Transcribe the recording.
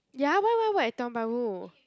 ya why would I work at Tiong-Bahru